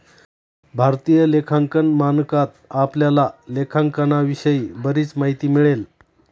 भारतीय लेखांकन मानकात आपल्याला लेखांकनाविषयी बरीच माहिती मिळेल